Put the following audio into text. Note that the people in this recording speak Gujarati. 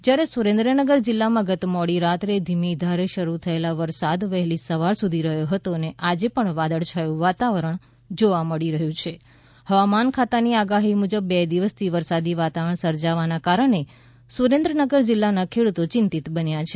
જ્યારે સુરેન્દ્રનગર જિલ્લામાં ગત મોડી રાત્રે ધીમી ધારે શરૂ થયેલો વરસાદ વહેલી સવાર સુધી રહ્યો હતો અને આજે પણ વાદળછાયું વાતાવરણ જોવા મળી રહ્યું છે હવામાન ખાતાની આગાહી મુજબ બે દિવસથી વરસાદી વાતાવરણ સર્જાવાને કારણે સુરેન્દ્રનગર જિલ્લાના ખેડૂતો ચિંતિત બન્યા છે